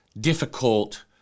difficult